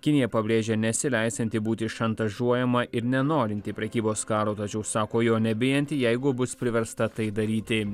kinija pabrėžia nesileisianti būti šantažuojama ir nenorinti prekybos karo tačiau sako jo nebijanti jeigu bus priversta tai daryti